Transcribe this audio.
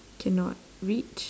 cannot reach